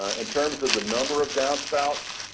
in terms of the number of downspouts,